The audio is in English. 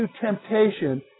temptation